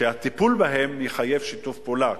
שהטיפול בה יחייב שיתוף פעולה.